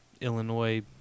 Illinois